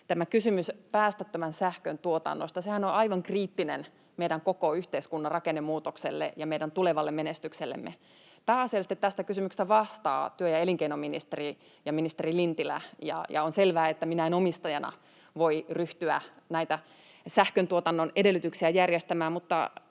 tämä kysymyshän päästöttömän sähkön tuotannosta on aivan kriittinen meidän koko yhteiskunnan rakennemuutokselle ja meidän tulevalle menestyksellemme. Pääasiallisesti tästä kysymyksestä vastaa elinkeinoministeri Lintilä, ja on selvää, että minä en omistajana voi ryhtyä näitä sähköntuotannon edellytyksiä järjestämään. Mutta